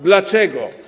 Dlaczego?